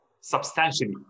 substantially